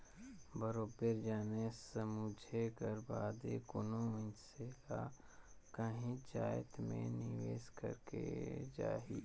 बरोबेर जाने समुझे कर बादे कोनो मइनसे ल काहींच जाएत में निवेस करेक जाही